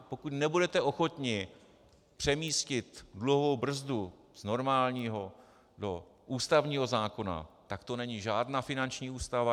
Pokud nebudete ochotni přemístit dlouhou brzdu z normálního do ústavního zákona, tak to není žádná finanční ústava.